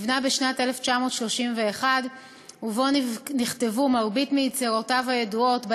נבנה בשנת 1931 ובו נכתבו מרבית מיצירותיו הידועות,